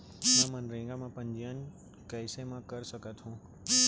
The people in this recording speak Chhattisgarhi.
मैं मनरेगा म पंजीयन कैसे म कर सकत हो?